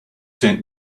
sent